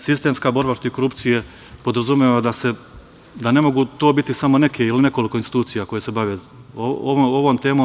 Sistemska borba protiv korupcije podrazumeva da ne mogu to biti samo neke ili nekoliko institucija koje se bave ovom temom.